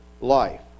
life